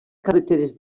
carreteres